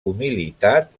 humilitat